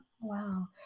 Wow